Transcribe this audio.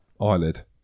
eyelid